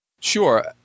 Sure